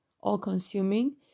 all-consuming